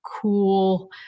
cool